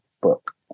book